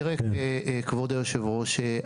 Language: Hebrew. כבוד היושב-ראש,